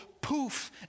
poof